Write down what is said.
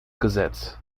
gesetz